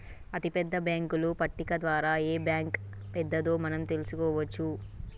అతిపెద్ద బ్యేంకుల పట్టిక ద్వారా ఏ బ్యాంక్ పెద్దదో మనం తెలుసుకోవచ్చు